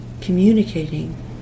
communicating